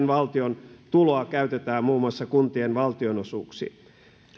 valtion tuloa sitten käytetään muun muassa kuntien valtionosuuksiin